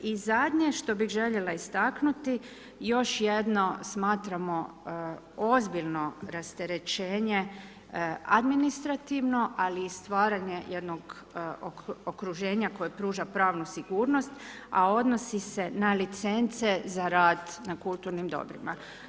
I zadnje što bi željela istaknuti, još jednom, smatramo ozbiljno rasterećenje, administrativno, ali i stvaranje jednog okruženja, koja pruža pravnu sigurnost, a odnosi se na licence za rad na kulturnim dobrima.